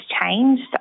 changed